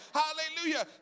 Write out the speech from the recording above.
hallelujah